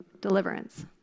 deliverance